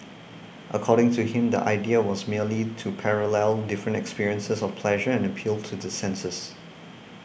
according to him the idea was merely to parallel different experiences of pleasure and appeal to the senses